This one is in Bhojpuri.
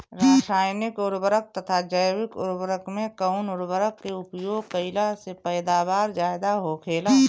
रसायनिक उर्वरक तथा जैविक उर्वरक में कउन उर्वरक के उपयोग कइला से पैदावार ज्यादा होखेला?